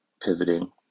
pivoting